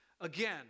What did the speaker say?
Again